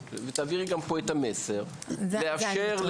תעבירי פה את המסר, שמשרד הבריאות יאפשר.